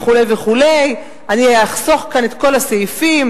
וכו' אני אחסוך כאן את כל הסעיפים,